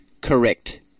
correct